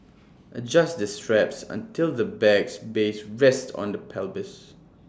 adjust the straps until the bag's base rests on the pelvis